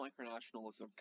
micronationalism